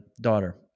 daughter